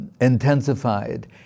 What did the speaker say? intensified